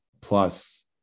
plus